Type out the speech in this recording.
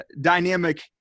dynamic